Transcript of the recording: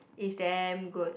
it's damn good